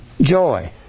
Joy